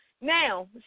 Now